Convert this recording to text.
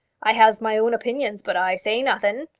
i has my own opinions, but i say nothin'.